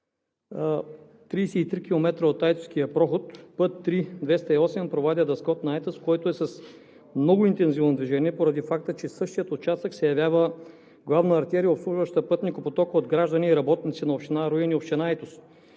33 км от Айтоския проход – път Ш-208 Провадия – Дъскотна – Айтос, който е с много интензивно движение, поради факта че същият участък се явява главна артерия, обслужваща пътникопотока от граждани и работници на община Руен и община Айтос.